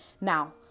now